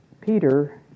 Peter